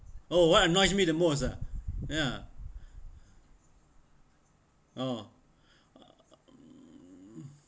oh what annoys me the most ah ya oh